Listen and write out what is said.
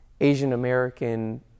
asian-american